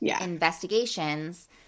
investigations